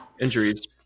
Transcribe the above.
Injuries